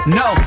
no